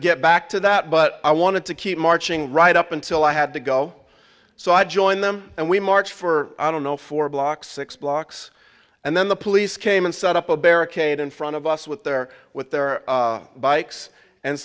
get back to that but i wanted to keep marching right up until i had to go so i joined them and we marched for i don't know four blocks six blocks and then the police came and set up a barricade in front of us with their with their bikes and